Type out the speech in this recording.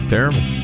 Terrible